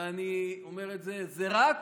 ואני אומר את זה, זה רק